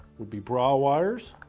will be bra wires